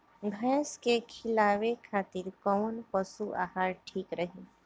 भैंस के खिलावे खातिर कोवन पशु आहार ठीक रही?